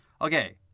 Okay